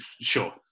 Sure